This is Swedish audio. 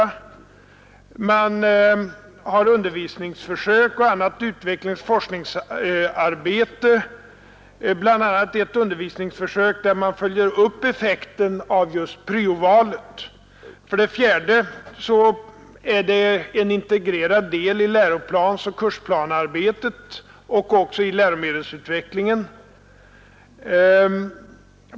För det tredje har man i gång undervisningsförsök och annat utvecklingsoch forskningsarbete, bl.a. ett undervisningsförsök, där man följer upp effekten av just pryo-valet. För det fjärde är projektet en integrerad del i läroplansoch kursplanearbetet och även i läromedelsutvecklingen.